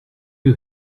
you